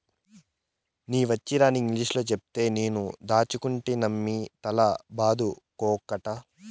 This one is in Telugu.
నీ వచ్చీరాని ఇంగిలీసులో చెప్తే నేను దాచ్చనుకుంటినమ్మి తల బాదుకోకట్టా